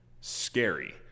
scary